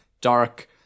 dark